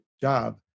job